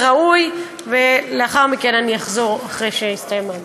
וראוי, ולאחר מכן אני אחזור, אחרי שההצבעה תסתיים.